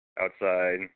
outside